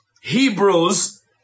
Hebrews